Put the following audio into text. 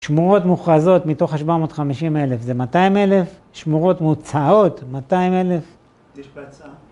שמורות מוכרזות מתוך ה-750,000 זה 200,000, שמורות מוצעות 200,000. יש בהצעה?